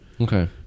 okay